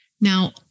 Now